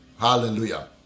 Hallelujah